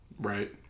Right